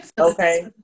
Okay